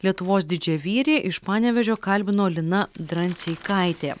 lietuvos didžiavyrį iš panevėžio kalbino lina dranseikaitė